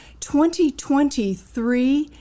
2023